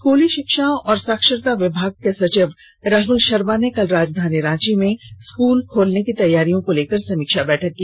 स्कूली शिक्षा और साक्षरता विभाग के सचिव राहुल शर्मा ने कल राजधानी रांची में स्कूल खोलने की तैयारियों को लेकर समीक्षा बैठक की